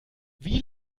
wie